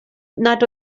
nad